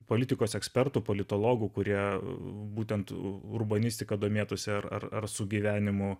politikos ekspertų politologų kurie būtent urbanistika domėtųsi ar sugyvenimo